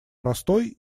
простой